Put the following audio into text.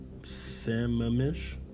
Samish